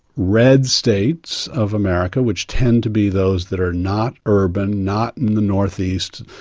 red states of america which tend to be those that are not urban, not in the northeast